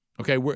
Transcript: Okay